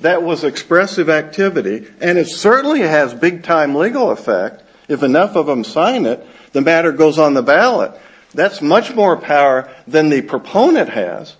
that was expressive activity and it certainly has big time legal effect if enough of them sign it the matter goes on the ballot that's much more power than the proponent has